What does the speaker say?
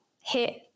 hit